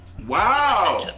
Wow